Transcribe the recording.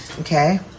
Okay